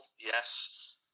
yes